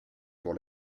pour